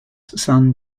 son